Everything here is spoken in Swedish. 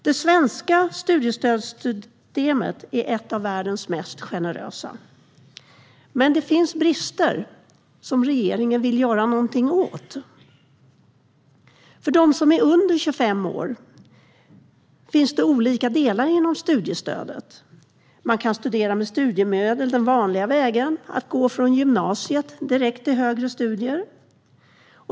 Det svenska studiestödssystemet är ett av världens mest generösa. Det finns dock brister som regeringen vill göra något åt. För dem som är under 25 år finns olika delar inom studiestödet. Man kan studera med studiemedel den vanliga vägen, det vill säga gå från gymnasiet direkt till högre studier.